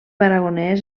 aragonès